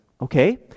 okay